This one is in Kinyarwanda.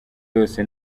yose